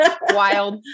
wild